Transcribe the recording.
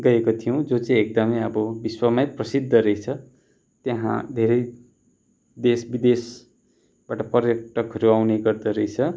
गएको थियौँ जो चाहिँ एकदमै अब विश्वमै प्रसिद्ध रहेछ त्यहाँ धेरै देश विदेशबाट पर्यटकहरू आउने गर्दो रहेछ